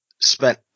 spent